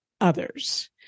others